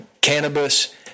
cannabis